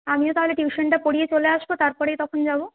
আমিও তাহলে টিউশনটা পড়িয়ে চলে আসবো তারপরেই তখন যাবো